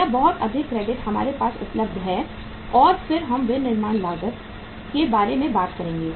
यह बहुत अधिक क्रेडिट हमारे पास उपलब्ध है और फिर हम विनिर्माण लागत के बारे में बात करेंगे